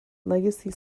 legacy